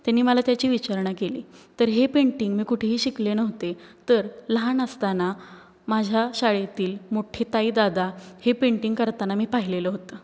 त्यांनी मला त्याची विचारणा केली तर हे पेंटिंग मी कुठेही शिकले नव्हते तर लहान असताना माझ्या शाळेतील मोठे ताई दादा हे पेंटिंग करताना मी पाहिलेलं होतं